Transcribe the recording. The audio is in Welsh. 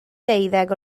deuddeg